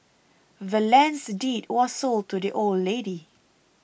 the land's deed was sold to the old lady